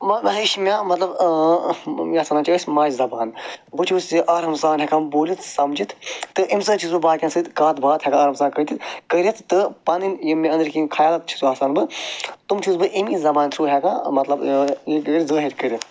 وۄنۍ وۄنۍ ہیچھ مےٚ مطلب یتھ ونان چھِ أسۍ ماجہِ زبان بہٕ چھُس یہِ آرام سان ہیکان بوٗلِتھ سمجِتھ تہٕ امہِ سۭتۍ چھُس بہٕ باقین سۭتۍ کتھ باتھ ہیکان آرام سان کٔرِتھ تہٕ پنٕنۍ یِم مےٚ أندٕر کِنۍ خیالات چھِ آسان بہٕ تِم چھُس بہٕ امی زبان تھروٗ ہیکان مطلب ظٲہر کرتھ